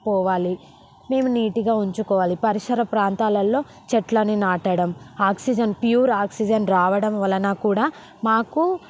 పోవాలి మేము నీటిగా ఉంచుకోవాలి పరిసర ప్రాంతాలల్లో చెట్లని నాటడం ఆక్సిజన్ ప్యూర్ ఆక్సిజన్ రావడం వలన కూడా మాకు